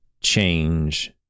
change